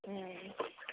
ହୁଁ